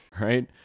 right